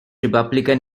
republican